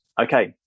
okay